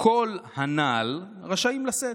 כל הנ"ל רשאים לשאת.